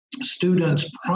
students